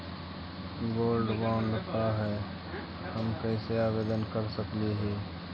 Gold bond का है, हम कैसे आवेदन कर सकली ही?